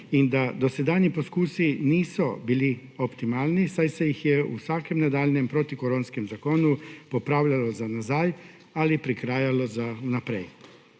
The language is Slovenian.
in da dosedanji poskusi niso bili optimalni, saj se jih je v vsakem nadaljnjem protikoronskem zakonu popravljalo za nazaj ali prikrajalo za naprej.